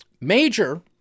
major